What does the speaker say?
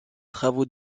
travaux